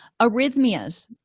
Arrhythmias